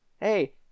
hey